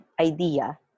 idea